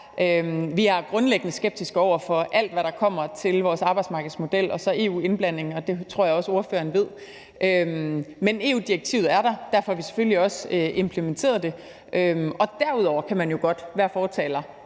Vi er grundlæggende skeptiske over for alt, hvad der kommer til vores arbejdsmarkedsmodel, og så EU-indblanding – og det tror jeg også spørgeren ved. Men EU-direktivet er der, og derfor har vi selvfølgelig også implementeret det. Derudover kan man jo godt være fortaler